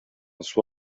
суу